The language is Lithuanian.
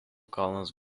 kalnas